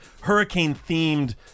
hurricane-themed